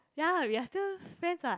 ya lah we are still friends what